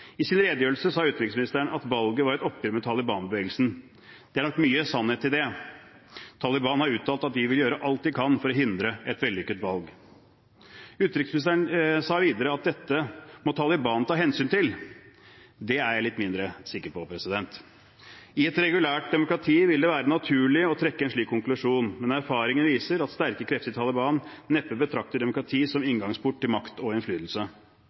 I sin redegjørelse sa utenriksministeren at valget var et oppgjør med Taliban-bevegelsen. Det er nok mye sannhet i det. Taliban har uttalt at de vil gjøre alt de kan for å hindre et vellykket valg. Utenriksministeren sa videre at dette må Taliban ta hensyn til – det er jeg litt mindre sikker på. I et regulært demokrati vil det være naturlig å trekke en slik konklusjon, men erfaringen viser at sterke krefter i Taliban neppe betrakter demokrati som inngangsport til makt og innflytelse.